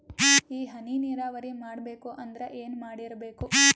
ಈ ಹನಿ ನೀರಾವರಿ ಮಾಡಬೇಕು ಅಂದ್ರ ಏನ್ ಮಾಡಿರಬೇಕು?